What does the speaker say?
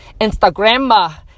Instagramma